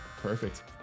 perfect